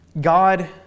God